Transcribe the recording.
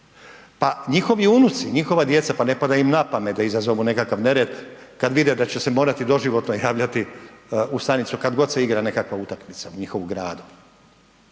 Pa njihovi unuci, njihova djeca pa ne pada im na pamet da izazovu nekakav nered kad vide da će se morati doživotno javljati u stanicu kad god se igra neka utakmica u njihovu gradu.